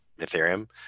Ethereum